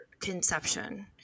conception